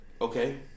Okay